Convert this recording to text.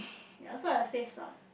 ya so I'll save some